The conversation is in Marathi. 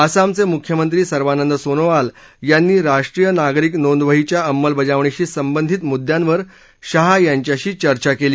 आसामचे मुख्यमंत्री सर्वानंद सोनोवाल यांनी राष्ट्रीय नागरिक नोंदवहीच्या अंमलबजावणीशी संबंधित मुद्यांवर शाह यांच्याशी चर्चा केली